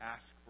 Ask